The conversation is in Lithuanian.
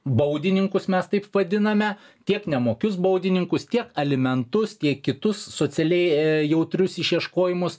baudininkus mes taip vadiname tiek nemokius baudininkus tiek alimentus tiek kitus socialiai jautrius išieškojimus